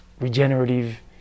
regenerative